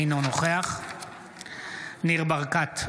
אינו נוכח ניר ברקת,